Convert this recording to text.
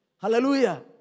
Hallelujah